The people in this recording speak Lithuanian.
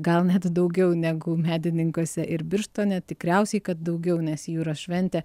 gal net daugiau negu medininkuose ir birštone tikriausiai kad daugiau nes į jūros šventę